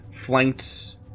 flanked